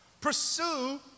Pursue